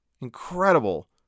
incredible